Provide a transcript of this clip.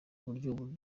uburyo